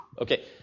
Okay